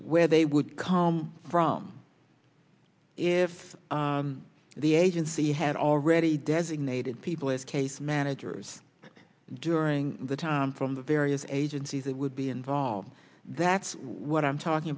where they would come from if the agency had already designated people as case managers during the time from the various agencies that would be involved that's what i'm talking